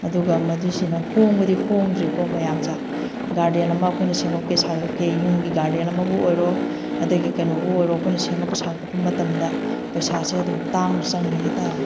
ꯑꯗꯨꯒ ꯃꯗꯨꯁꯤꯅ ꯍꯣꯡꯕꯗꯤ ꯍꯣꯡꯗ꯭ꯔꯦꯀꯣ ꯃꯌꯥꯝꯁꯦ ꯒꯥꯔꯗꯦꯟ ꯑꯃ ꯑꯩꯈꯣꯏꯅ ꯁꯦꯝꯒꯠꯀꯦ ꯁꯥꯒꯠꯀꯦ ꯌꯨꯝꯒꯤ ꯒꯥꯔꯗꯦꯟ ꯑꯃꯕꯨ ꯑꯣꯏꯔꯣ ꯑꯗꯒꯤ ꯀꯩꯅꯣꯕꯨ ꯑꯣꯏꯔꯣ ꯑꯩꯈꯣꯏꯅ ꯁꯦꯝꯒꯠꯄ ꯁꯥꯒꯠꯄ ꯃꯇꯝꯗ ꯄꯩꯁꯥꯁꯦ ꯑꯗꯨꯝ ꯇꯥꯡꯅ ꯆꯪꯉꯦ ꯍꯥꯏꯇꯥꯔꯦ